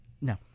No